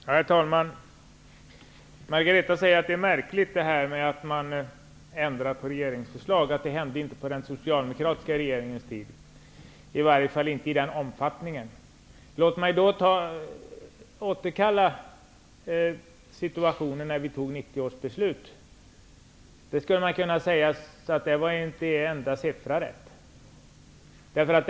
Herr talman! Margareta Winberg säger att det är märkligt att man ändrar på regeringsförslag och att det inte hände på den socialdemokratiska regeringens tid, i varje fall inte i den omfattningen. Låt mig då återkalla situationen när vi fattade 1990 års beslut. Då var inte en enda siffra rätt.